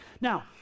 Now